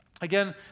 Again